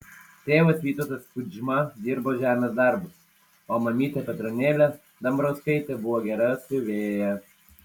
tėvas vytautas kudžma dirbo žemės darbus o mamytė petronėlė dambrauskaitė buvo gera siuvėja